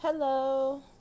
Hello